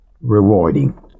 rewarding